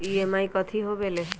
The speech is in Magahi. ई.एम.आई कथी होवेले?